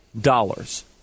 dollars